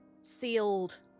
sealed